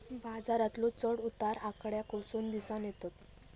बाजारातलो चढ उतार आकड्यांवरसून दिसानं येतत